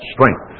strength